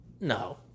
No